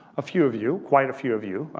a few of you, quite a few of you.